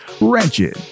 Wretched